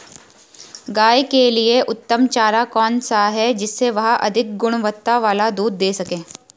गाय के लिए उत्तम चारा कौन सा है जिससे वह अधिक गुणवत्ता वाला दूध दें सके?